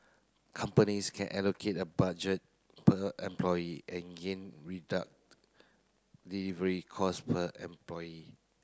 companies can allocate a budget per employee and gain reduct delivery cost per employee